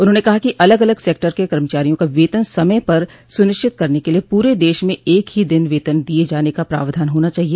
उन्होंने कहा कि अलग अलग सेक्टर के कर्मचारियों का वेतन समय पर सुनिश्चित करने के लिए पूरे देश में एक हो दिन वेतन दिये जाने का प्रावधान होना चाहिए